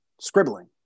scribbling